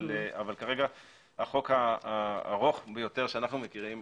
אבל כרגע החוק הארוך ביותר שאנחנו מכירים